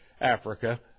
Africa